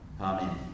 Amen